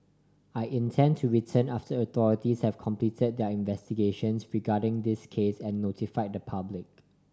I intend to return after authorities have completed their investigations regarding this case and notify the public